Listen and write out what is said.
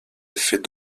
effets